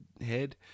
head